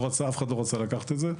שאף אחד מהם לא רצה לקחת את זה.